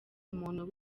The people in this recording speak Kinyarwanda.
umuntu